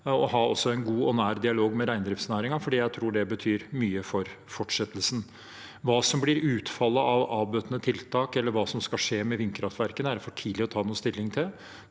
også ha en god og nær dialog med reindriftsnæringen, fordi jeg tror det betyr mye for fortsettelsen. Hva som blir utfallet av avbøtende tiltak, eller hva som skal skje med vindkraftverkene, er det for tidlig å ta noen stilling til.